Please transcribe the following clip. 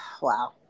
Wow